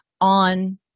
on